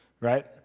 right